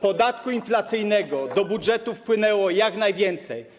podatku inflacyjnego do budżetu wpłynęło jak najwięcej.